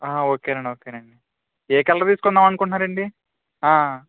okay అండీ okay అండీ ఏ కలర్ తీసుకుందామనుకుంటున్నారండి